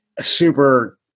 super